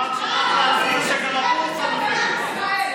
עוד לא הבנתי.